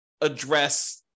address